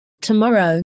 tomorrow